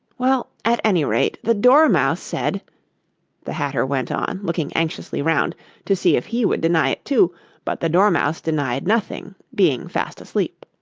well, at any rate, the dormouse said the hatter went on, looking anxiously round to see if he would deny it too but the dormouse denied nothing, being fast asleep.